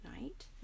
night